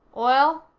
oil?